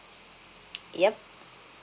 yup